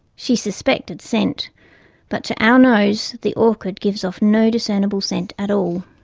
she suspected scent but to our nose, the orchid gives off no discernible scent at all.